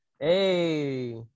Hey